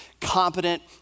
competent